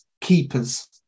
keepers